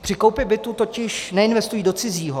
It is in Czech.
Při koupi bytu totiž neinvestují do cizího.